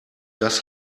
das